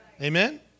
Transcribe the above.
Amen